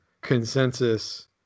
consensus